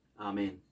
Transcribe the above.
Amen